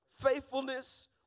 faithfulness